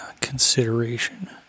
consideration